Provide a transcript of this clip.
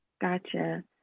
Gotcha